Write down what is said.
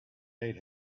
made